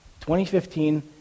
2015